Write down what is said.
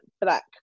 black